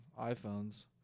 iPhones